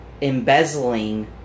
embezzling